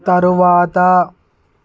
తరువాత